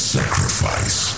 sacrifice